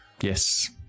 yes